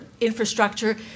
infrastructure